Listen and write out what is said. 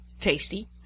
Tasty